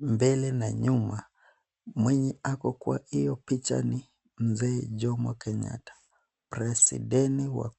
mbele na nyuma. Mwenye ako kwa hiyo picha ni mzee Jomo Kenyatta, presidenti wa kwanza.